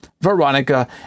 Veronica